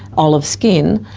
olive skin,